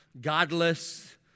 godless